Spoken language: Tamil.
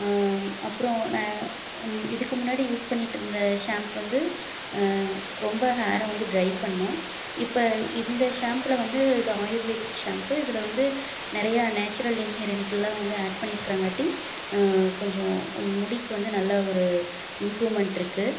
அப்றம் நான் இதுக்கு முன்னாடி யூஸ் பண்ணிகிட்ருந்த ஷாம்பு வந்து ரொம்ப ஹேரை வந்து ட்ரை பண்ணும் இப்போ இந்த ஷாம்புல வந்து இது ஆயுர்வேதிக் ஷாம்பு இதில் வந்து நிறையா நேச்சுரல் இன்ஹிரிண்ட்லாம் வந்து ஆட் பண்ணிருக்குறங்காட்டி கொஞ்சம் முடிக்கு வந்து நல்ல ஒரு இம்ப்ரூவ்மெண்ட்ருக்குது